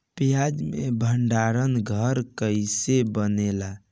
प्याज के भंडार घर कईसे बनेला?